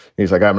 he's like, um